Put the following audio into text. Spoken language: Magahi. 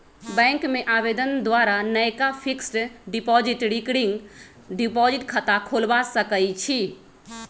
बैंक में आवेदन द्वारा नयका फिक्स्ड डिपॉजिट, रिकरिंग डिपॉजिट खता खोलबा सकइ छी